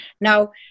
Now